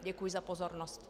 Děkuji za pozornost.